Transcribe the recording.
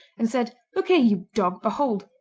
and said, look here, you dog, behold!